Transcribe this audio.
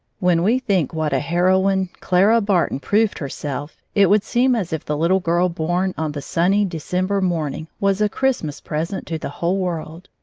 when we think what a heroine clara barton proved herself, it would seem as if the little girl born on the sunny december morning was a christmas present to the whole world.